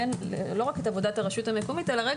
לא רק את עבודת הרשות המקומית אלא לומר